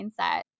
mindset